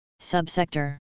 Subsector